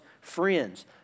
friends